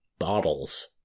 Bottles